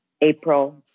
April